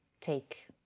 take